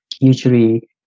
usually